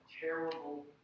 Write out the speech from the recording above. terrible